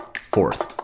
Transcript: Fourth